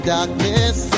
Darkness